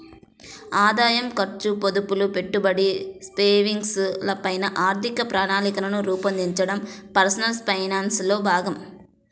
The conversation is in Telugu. ఆదాయం, ఖర్చు, పొదుపులు, పెట్టుబడి, సేవింగ్స్ ల పైన ఆర్థిక ప్రణాళికను రూపొందించడం పర్సనల్ ఫైనాన్స్ లో భాగం